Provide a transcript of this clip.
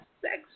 sex